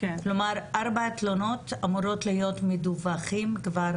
כלומר ארבע תלונות אמורות להיות מדווחות כבר